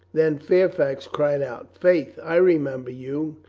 then fairfax cried out faith, i remember you!